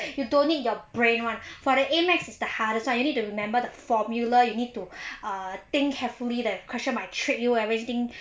you don't need your brain [one] for the A math is the hardest right you need to remember the formula you need to err think carefully the question might trick you everything